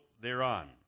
thereon